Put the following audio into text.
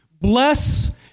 Bless